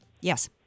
Yes